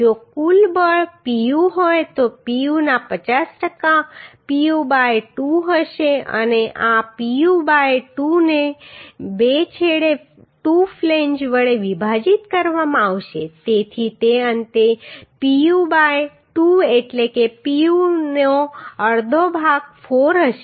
જો કુલ બળ Pu હોય તો Pu ના 50 ટકા Pu બાય 2 હશે અને આ Pu બાય 2 ને બે છેડે 2 ફ્લેંજ વડે વિભાજિત કરવામાં આવશે તેથી તે અંતે pu બાય 2 એટલે કે Pu નો અડધો ભાગ 4 હશે